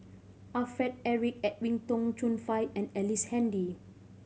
Alfred Eric Edwin Tong Chun Fai and Ellice Handy